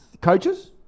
coaches